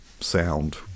sound